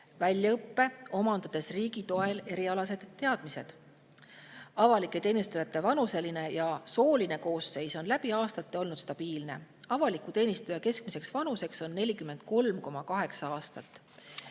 väljaõppe, omandades riigi toel erialased teadmised. Avalike teenistujate vanuseline ja sooline koosseis on läbi aastate olnud stabiilne. Avaliku teenistuja keskmine vanus on 43,8 aastat,